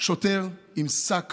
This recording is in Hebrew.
שוטר עם שק